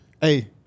hey